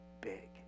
big